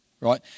right